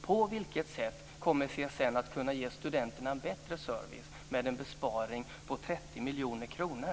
På vilket sätt kommer CSN att kunna ge studenterna en bättre service med en besparing på 30 miljoner kronor?